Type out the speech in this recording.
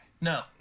no